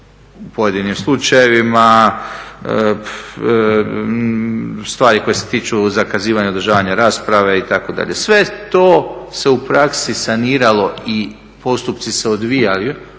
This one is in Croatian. u pojedinim slučajevima, stvari koje se tiču zakazivanja održavanja rasprave itd., sve je to se u praksi saniralo i postupci su se odvijali